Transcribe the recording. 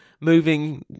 moving